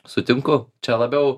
sutinku čia labiau